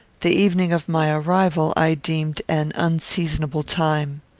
the evening of my arrival i deemed an unseasonable time.